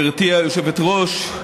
גברתי היושבת-ראש,